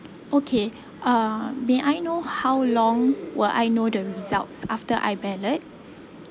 okay uh may I know how long will I know the results after I ballot